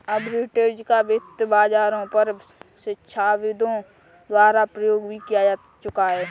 arbitrage का वित्त बाजारों पर शिक्षाविदों द्वारा प्रयोग भी किया जा चुका है